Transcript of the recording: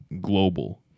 global